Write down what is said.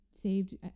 saved